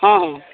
ହଁ ହଁ